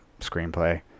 screenplay